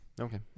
Okay